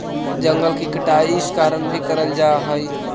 जंगल की कटाई इस कारण भी करल जा हई